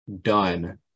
done